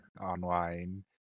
online